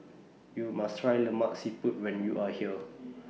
YOU must Try Lemak Siput when YOU Are here